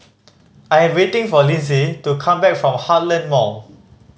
I'm waiting for Lindsay to come back from Heartland Mall